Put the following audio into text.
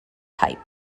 type